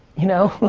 you know,